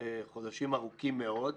חודשים ארוכים מאוד,